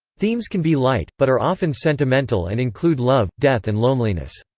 themes can be light, but are often sentimental and include love, death and loneliness.